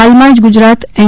હાલમાંજ Gujarat N